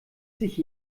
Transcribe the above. sich